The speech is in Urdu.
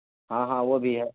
ہاں ہاں وہ بھی ہے